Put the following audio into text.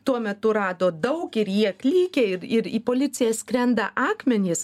tuo metu rado daug ir jie klykė ir ir į policiją skrenda akmenys